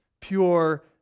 pure